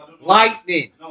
Lightning